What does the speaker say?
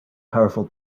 powerful